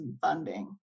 funding